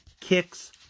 kicks